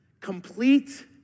complete